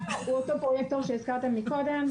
פרויקטור שהזכרתם מקודם,